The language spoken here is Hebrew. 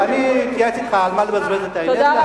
אני אתייעץ אתך על מה לבזבז את האנרגיה שלי.